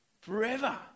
forever